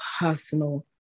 personal